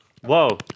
Whoa